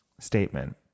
Statement